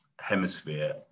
hemisphere